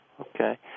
Okay